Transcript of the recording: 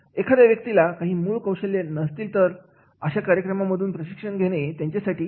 एखाद्या व्यक्तीला काही मूळ कौशल्य नसतील तर अशा कार्यक्रमांमधून प्रशिक्षण घेणे त्यांच्यासाठी कठीण होऊन बसते